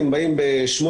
הם באים ב-08:00,